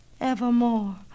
Evermore